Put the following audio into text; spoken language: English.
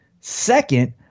Second